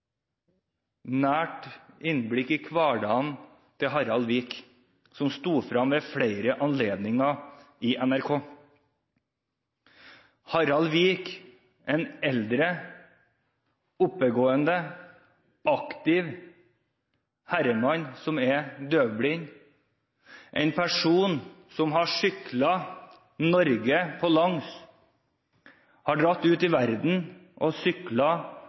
nært innblikk i hverdagen til Harald Vik, som sto frem ved flere anledninger i NRK – Harald Vik, en eldre, oppgående, aktiv herremann, som er døvblind, en person som har syklet Norge på langs, har dratt ut i verden og